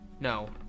No